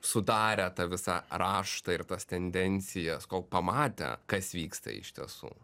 sudarė tą visą raštą ir tas tendencijas kol pamatė kas vyksta iš tiesų